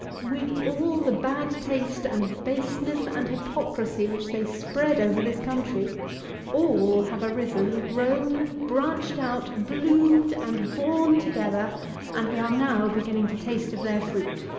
with all the bad taste and baseness and hypocrisy which they spread over this country all have arisen, grown, branched out, bloomed, and borne together and we are now beginning to taste of their fruit.